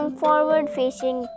forward-facing